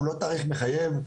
הוא לא תאריך מחייב.